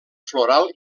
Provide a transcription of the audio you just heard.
floral